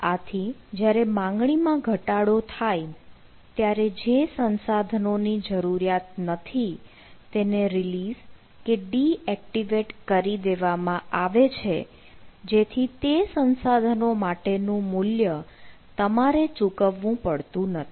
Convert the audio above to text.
આથી જ્યારે માગણીમાં ઘટાડો થાય ત્યારે જે સંસાધનો ની જરૂરિયાત નથી તેને રિલીઝ કે ડીએક્ટિવેટ કરી દેવામાં આવે છે જેથી તે સંસાધનો માટે નું મૂલ્ય તમારે ચૂકવવું પડતું નથી